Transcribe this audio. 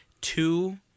two